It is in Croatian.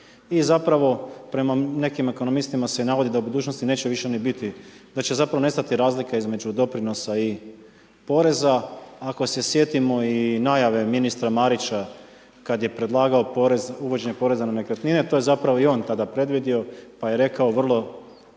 i zapravo prema nekim ekonomistima se navodi da u budućnosti neće više ni biti, da će zapravo nestati razlika između doprinosa i poreza. Ako se sjetimo i najave ministra Marića kad je predlagao uvođenje poreza na nekretnine, to je zapravo tada i on predvidio pa je rekao vrlo